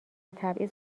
تبعیض